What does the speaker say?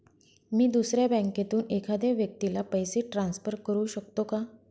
मी दुसऱ्या बँकेतून एखाद्या व्यक्ती ला पैसे ट्रान्सफर करु शकतो का?